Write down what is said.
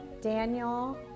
Daniel